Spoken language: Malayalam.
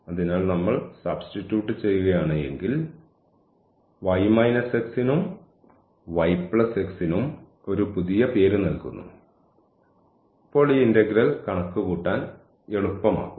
അതിനാൽ നമ്മൾ സബ്സ്റ്റിറ്റ്യൂട്ട് ചെയ്യുകയാണ്എങ്കിൽ y x നും y x നും ഒരു പുതിയ പേര് നൽകുന്നു അപ്പോൾ ഈ ഇന്റഗ്രൽ കണക്കുകൂട്ടാൻ എളുപ്പമാകും